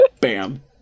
Bam